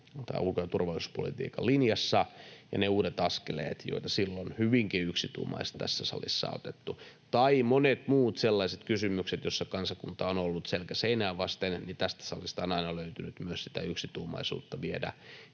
ulko- ja turvallisuuspolitiikan linjassa ja ne uudet askeleet, joita silloin hyvinkin yksituumaisesti tässä salissa on otettu, tai monet muut sellaiset kysymykset, joissa kansakunta on ollut selkä seinää vasten, ja tästä salista on aina löytynyt myös sitä yksituumaisuutta viedä